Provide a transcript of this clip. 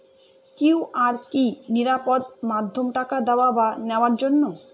QR কি নিরাপদ মাধ্যম টাকা দেওয়া বা নেওয়ার জন্য?